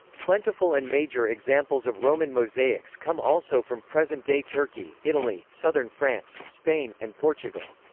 plentiful and major examples of roman mosaics come also from present-day turkey, italy, southern france, spain, and portugal.